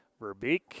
Verbeek